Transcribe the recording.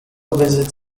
visit